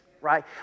right